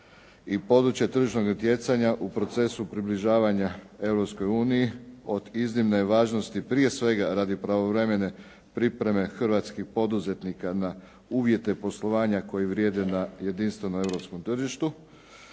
i područje tržišnog natjecanja u procesu približavanja Europskoj uniji od iznimne je važnosti prije svega radi pravovremene pripreme hrvatskih poduzetnika na uvjete poslovanja koji vrijede na jedinstvenom europskom tržištu,